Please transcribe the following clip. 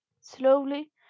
Slowly